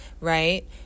right